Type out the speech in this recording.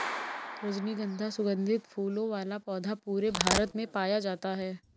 रजनीगन्धा सुगन्धित फूलों वाला पौधा पूरे भारत में पाया जाता है